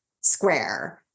square